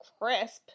crisp